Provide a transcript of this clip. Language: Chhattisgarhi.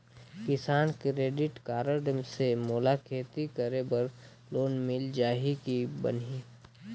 किसान क्रेडिट कारड से मोला खेती करे बर लोन मिल जाहि की बनही??